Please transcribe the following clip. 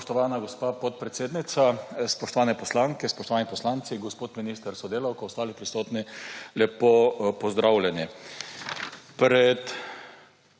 Spoštovana gospa podpredsednica, spoštovane poslanke, spoštovani poslanci, gospod minister s sodelavko, ostali prisotni, lepo pozdravljeni!